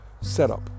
setup